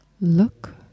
look